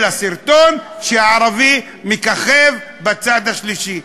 אלא סרטון שהערבי מככב בצד השלישי,